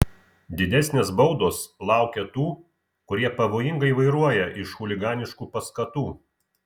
didesnės baudos laukia tų kurie pavojingai vairuoja iš chuliganiškų paskatų